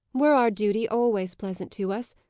were our duty always pleasant to us,